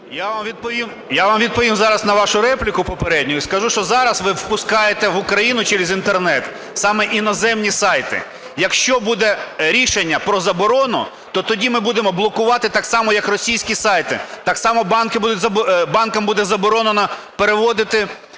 Я вам відповім зараз на вашу репліку попередню і скажу, що зараз ви впускаєте в Україну через Інтернет саме іноземні сайти. Якщо буде рішення про заборону, то тоді ми будемо блокувати так само як російські сайти, так само банкам буде заборонено переводити